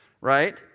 Right